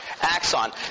axon